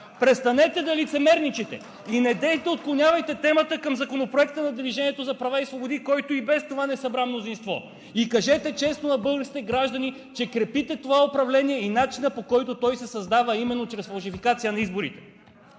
Престанете да лицемерничите и недейте да отклонявате темата към Законопроекта на „Движението за права и свободи“, който и без това не събра мнозинство. И кажете честно на българските граждани, че крепите това управление и начина, по който то се създава, именно чрез фалшификация на изборите.